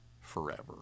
forever